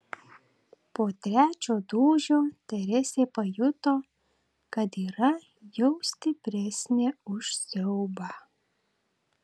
po trečio dūžio teresė pajuto kad yra jau stipresnė už siaubą